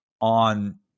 on